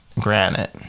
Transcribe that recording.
granite